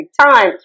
time